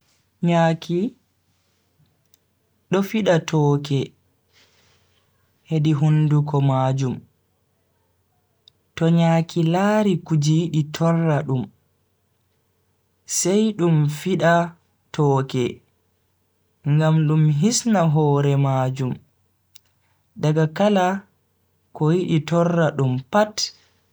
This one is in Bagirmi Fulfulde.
Nyaaki do fida tooke hedi hunduko majum, to nyaaki lari kuje yidi torra dum, sai dum fida tooke ngam dum hisna hoore majum daga kala ko yidi torradum pat.